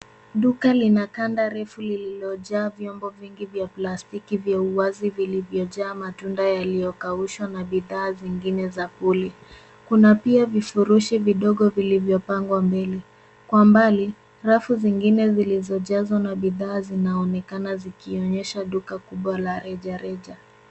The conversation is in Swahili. Duka lina kanda refu lililojaa vyombo vingi vya plastiki vya uwazi vilivyojaa matunda yaliyokaushwa na bidhaa zingine za puli. Kuna pia virushi vidogo vilivyopangwa mbele. Kwa mbali rafu zingine zilizojazwa na bidhaa zinaonekana zikionyesha duka kubwa la rejareja.